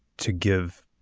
to give